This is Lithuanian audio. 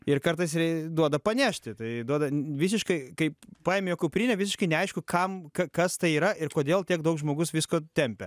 ir kartais rei duoda panešti tai duoda visiškai kaip paimi jo kuprinę visiškai neaišku kam ka kas tai yra ir kodėl tiek daug žmogus visko tempia